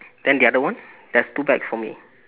then the other one there's two bags for me